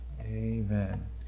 Amen